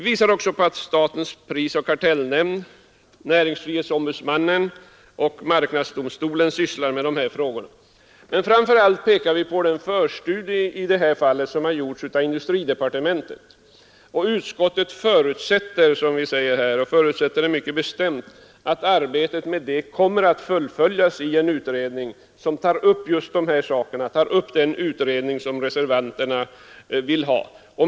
Vi anför också att statens prisoch kartellnämnd, näringsfrihetsombudsmannen och marknadsdomstolen sysslar med de här frågorna. Men framför allt pekar vi på den förstudie i det här avseendet som har gjorts av industridepartementet. Utskottet förutsätter, som vi anför — och förutsätter mycket bestämt — att arbetet kommer att fullföljas i en utredning, som behandlar det motionärerna pekar på.